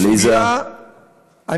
עליזה, בבקשה.